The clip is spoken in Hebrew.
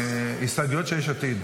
הסתייגויות של יש עתיד.